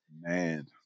Man